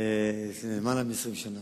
אבל צדק צדק תרדוף.